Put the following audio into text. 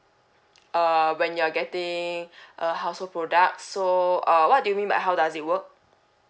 err when you're getting a household product so uh what do you mean by how does it work